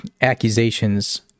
accusations